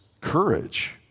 courage